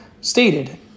stated